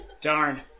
Darn